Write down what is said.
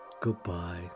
Goodbye